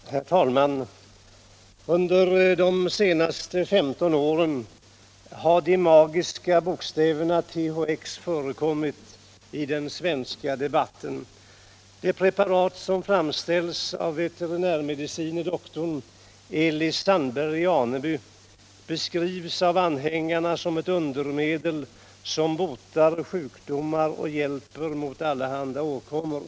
Herr talman! Under de senaste 15 åren har de magiska bokstäverna THX förekommit i den svenska debatten. Det preparat som framställes av vet. med. dr Elis Sandberg i Aneby beskrives av anhängarna som ett undermedel som botar sjukdomar och hjälper mot allehanda åkommor. Bl.